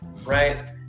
right